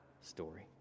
story